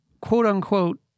quote-unquote